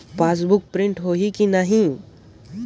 Passbook print होही कि नहीं?